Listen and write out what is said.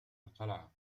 القلعة